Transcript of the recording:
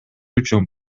үчүн